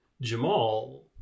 Jamal